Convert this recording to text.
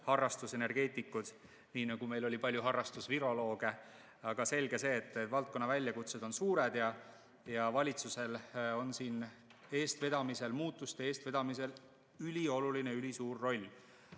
harrastusenergeetikud, nii nagu meil oli palju harrastusvirolooge. Aga selge see, et valdkonna väljakutsed on suured ja valitsusel on siin muutuste eestvedamisel ülioluline ja ülisuur roll.